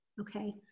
Okay